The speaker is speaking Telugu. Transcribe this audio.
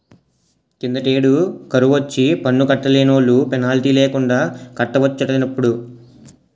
కిందటేడు కరువొచ్చి పన్ను కట్టలేనోలు పెనాల్టీ లేకండా కట్టుకోవచ్చటిప్పుడు